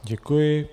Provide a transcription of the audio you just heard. Děkuji.